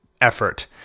effort